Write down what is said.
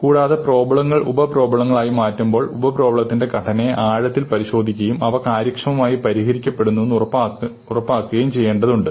കൂടാതെ പ്രോബ്ലങ്ങൾ ഉപപ്രോബ്ലങ്ങളായി മാറ്റുമ്പോൾ ഉപപ്രോബ്ലത്തിന്റെ ഘടനയെ ആഴത്തിൽ പരിശോധിക്കുകയും അവ കാര്യക്ഷമമായി പരിഹരിക്കുന്നുവെന്ന് ഉറപ്പാക്കുകയും ചെയ്യേണ്ടതുണ്ട്